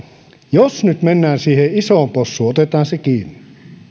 jos nyt mennään siihen isoon possuun otetaan se kiinni niin